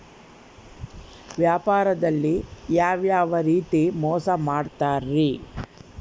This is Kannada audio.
ವ್ಯಾಪಾರದಲ್ಲಿ ಯಾವ್ಯಾವ ರೇತಿ ಮೋಸ ಮಾಡ್ತಾರ್ರಿ?